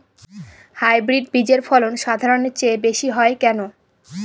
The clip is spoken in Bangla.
হাইব্রিড বীজের ফলন সাধারণের চেয়ে বেশী হয় কেনো?